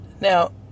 Now